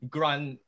Grant